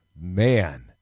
Man